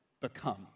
become